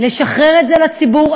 לשחרר את זה לציבור,